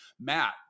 Matt